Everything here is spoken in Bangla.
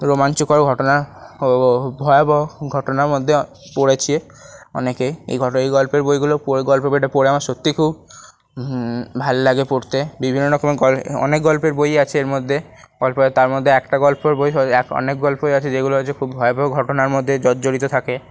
রোমাঞ্চকর ঘটনা ও ও ভয়াবহ ঘটনার মধ্যে পড়েছে অনেকে এই এই গল্পের বইগুলো পড়ে এই গল্পের বইটা পড়ে আমার সত্যিই খুব ভাল লাগে পড়তে বিভিন্ন রকম গল অনেক গল্পের বই আছে এর মধ্যে তার মধ্যে একটা গল্পের বই হই এক অনেক গল্পই আছে যেগুলো হচ্ছে খুব ভয়াবহ ঘটনার মধ্যে জর্জরিত থাকে